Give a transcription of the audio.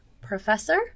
professor